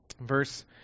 Verse